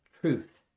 truth